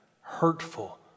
hurtful